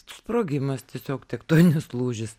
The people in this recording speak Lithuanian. sprogimas tiesiog tektoninis lūžis